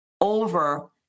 over